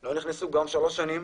לא נכנסו גם שלוש שנים